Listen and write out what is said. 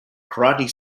karate